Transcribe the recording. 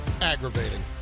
aggravating